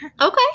Okay